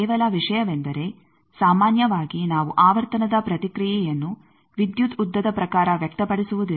ಕೇವಲ ವಿಷಯವೆಂದರೆ ಸಾಮಾನ್ಯವಾಗಿ ನಾವು ಆವರ್ತನದ ಪ್ರತಿಕ್ರಿಯೆಯನ್ನು ವಿದ್ಯುತ್ ಉದ್ದದ ಪ್ರಕಾರ ವ್ಯಕ್ತಪಡಿಸುವುದಿಲ್ಲ